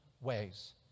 ways